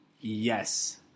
yes